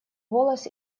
голос